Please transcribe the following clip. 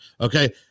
okay